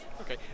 Okay